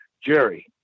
Jerry